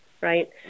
right